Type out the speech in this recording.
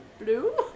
blue